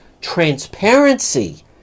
transparency